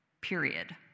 Period